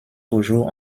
toujours